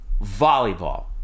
Volleyball